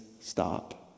Stop